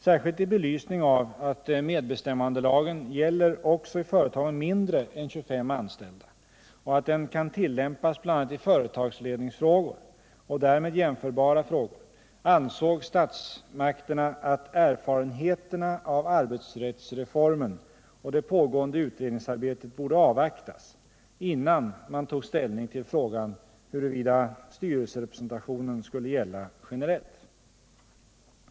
Särskilt i belysning av att medbestämmandelagen gäller också i företag med mindre än 25 anställda och att den kan tillämpas bl.a. i företagsledningsfrågor och därmed jämförbara frågor ansåg statsmakterna att erfarenheterna av arbetsrättsreformen och det pågående utredningsarbetet borde avvaktas, innan man tog ställning till frågan huruvida styrelserepresentationen skulle gälla generellt.